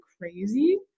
crazy